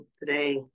today